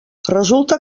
resulta